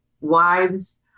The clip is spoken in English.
wives